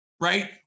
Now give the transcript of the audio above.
right